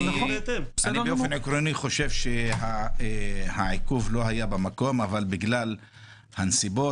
אני חושב שהעיכוב לא היה במקום אבל בגלל הנסיבות